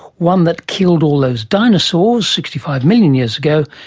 one that killed all those dinosaurs sixty five million years ago,